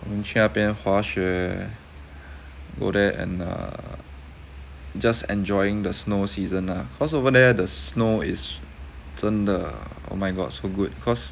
我们去那边滑雪 go there and err just enjoying the snow season lah cause over there the snow is 真的 oh my god so good cause